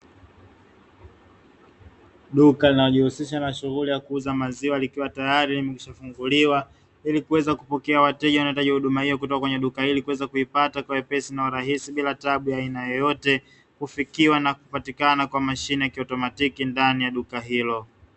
Duka linalojihusisha na shughuli ya kuuza maziwa, likiwa tayari limefunguliwa ili kuweza kupokea wateja wanaohitaji huduma kutoka kwenye duka hili, kuweza kuipata kwa wepesi na urahisi bila tabu ya aina yoyote, kufikiwa na kupatikana kwa mashine ya kiautomatiki ndani ya duka hilo.